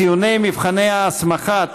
ציוני מבחני ההסמכה),